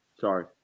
Sorry